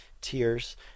tears